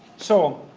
so,